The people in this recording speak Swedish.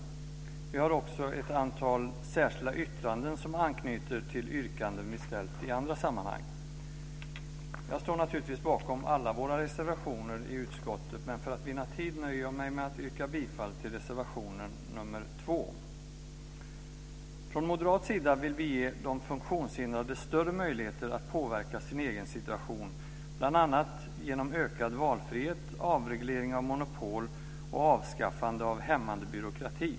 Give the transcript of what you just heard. Vi har också ett antal särskilda yttranden som anknyter till yrkanden vi ställt i andra sammanhang. Jag står naturligtvis bakom alla våra reservationer i utskottet, men för att vinna tid nöjer jag mig med att yrka bifall till reservation 2. Från moderat sida vill vi ge de funktionshindrade större möjligheter att påverka sin egen situation bl.a. genom ökad valfrihet, avreglering av monopol och avskaffande av hämmande byråkrati.